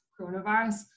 coronavirus